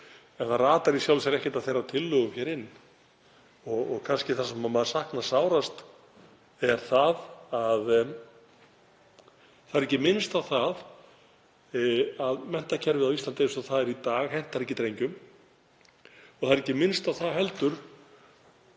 en það ratar í sjálfu sér ekkert af þeirra tillögum hér inn. Það sem maður saknar kannski sárast er að það er ekki minnst á að menntakerfið á Íslandi eins og það er í dag hentar ekki drengjum. Það er ekki minnst á það heldur